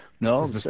No